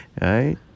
right